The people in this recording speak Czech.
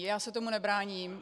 Já se tomu nebráním.